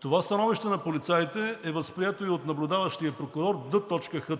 Това становище на полицаите е възприето и от наблюдаващия прокурор Д.Х.